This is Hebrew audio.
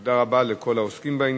תודה רבה לכל העוסקים בעניין.